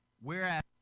Whereas